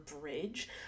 bridge